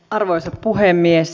arvoisa puhemies